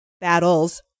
battles